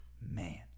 Man